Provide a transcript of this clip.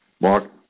Mark